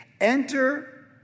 Enter